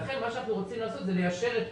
לכן מה שאנחנו רוצים לעשות זה ליישר.